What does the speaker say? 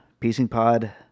piecingpod